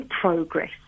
progress